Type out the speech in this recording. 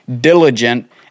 diligent